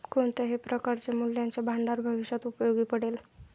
कोणत्याही प्रकारचे मूल्याचे भांडार भविष्यात उपयोगी पडेल